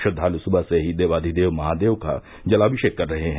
श्रद्वालु सुबह से देवाधिदेव महादेव का जलाभिषेक कर रहे हैं